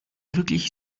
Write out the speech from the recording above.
wirklich